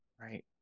Right